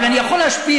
אבל אני יכול להשפיע.